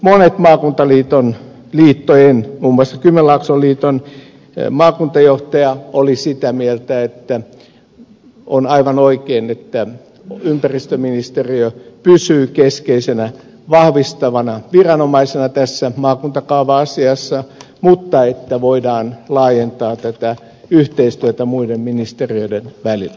monet maakuntaliittojen muun muassa kymenlaakson liiton maakuntajohtajat olivat sitä mieltä että on aivan oikein että ympäristöministeriö pysyy keskeisenä vahvistavana viranomaisena tässä maakuntakaava asiassa mutta että voidaan laajentaa tätä yhteistyötä muiden ministeriöiden kanssa